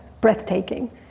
breathtaking